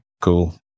Cool